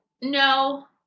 no